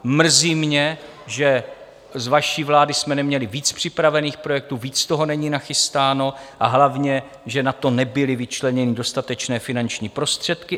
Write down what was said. Mrzí mě, že z vaší vlády jsme neměli více připravených projektů, více toho není nachystáno, a hlavně že na to nebyly vyčleněny dostatečné finanční prostředky.